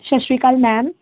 ਸਤਿ ਸ਼੍ਰੀ ਅਕਾਲ ਮੈਮ